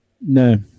No